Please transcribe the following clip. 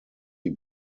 die